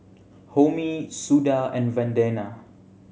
Homi Suda and Vandana